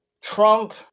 Trump